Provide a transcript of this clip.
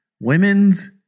women's